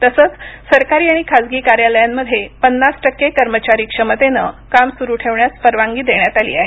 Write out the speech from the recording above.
तसंच सरकारी आणि खासगी कार्यालयांमध्ये पन्नास टक्के कर्मचारी क्षमतेनं काम सुरू ठेवण्यास परवानगी देण्यात आली आहे